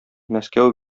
мәскәү